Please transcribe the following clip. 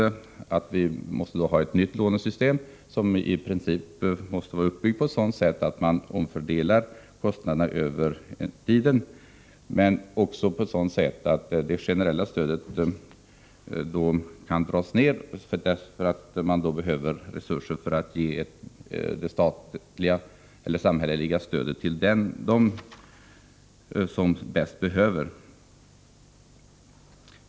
Vi måste ha ett nytt lånesystem som i princip måste vara uppbyggt så, att kostnaderna omfördelas över tiden men också så, att det generella stödet kan dras ned, eftersom vi behöver resurser för att ge det samhälleliga stödet till dem som bäst behöver det. 8.